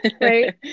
right